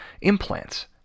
implants